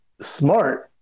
smart